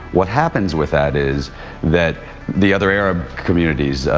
what happens with that is that the other arab communities,